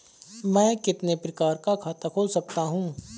मैं कितने प्रकार का खाता खोल सकता हूँ?